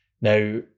Now